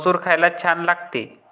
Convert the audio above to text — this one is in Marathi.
मसूर खायला छान लागते